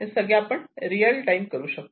हे सगळे आपण रियल टाईम करू शकतो